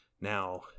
Now